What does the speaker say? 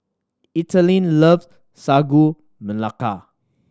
Ethelene love Sagu Melaka